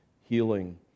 healing